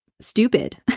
stupid